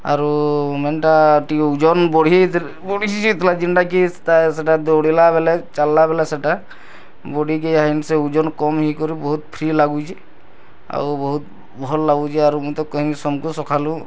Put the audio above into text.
ଆରୁ ମେନ୍ଟା ଟିକେ ଉଜନ୍ ବଢି ଯାଇ ବଢିସ୍ ଯାଇଥିଲା ଯେନ୍ତାକି ସ୍ ସେଟା ଦୌଡ଼ିଲା ବେଲେ ଚାଲଲା ବେଲେ ସେଟା ବଡ଼ିକି ହେଁସ ସେ ଓଜନ୍ କମ୍ ହେକରି ବୋହୁତ୍ ଫ୍ରି ଲାଗୁଛି ଆଉ ବହୁତ୍ ଭଲ୍ ଲାଗୁଛି ଆର୍ ମୁଁ ତ କହିମି ସମସ୍ତଙ୍କୁ ସକାଲୁ